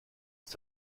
ist